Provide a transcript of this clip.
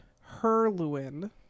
Herluin